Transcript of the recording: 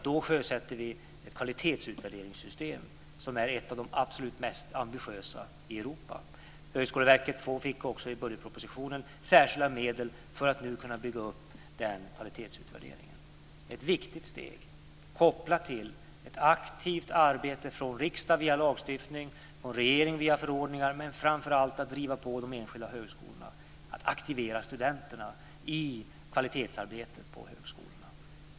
Då sjösätter vi ett av de absolut mest ambitiösa kvalitetsutvärderingssystemen i Europa. Högskoleverket fick i budgetpropositionen särskilda medel för att nu kunna bygga upp denna kvalitetsutvärdering. Det är ett viktigt steg kopplat till ett aktivt arbete från riksdag via lagstiftning och regering via förordningar men framför allt genom att driva på de enskilda högskolorna att aktivera studenterna i kvalitetsarbetet.